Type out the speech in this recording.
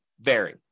vary